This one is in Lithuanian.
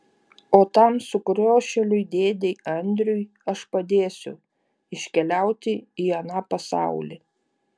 o tam sukriošėliui dėdei andriui aš padėsiu iškeliauti į aną pasaulį